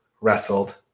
wrestled